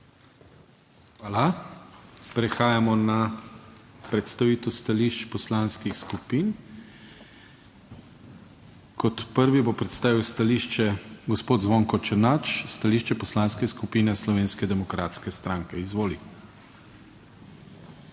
Hvala. Prehajamo na predstavitev stališč poslanskih skupin. Kot prvi bo predstavil stališče gospod Zvonko Černač, stališče Poslanske skupine Slovenske demokratske stranke. Izvoli.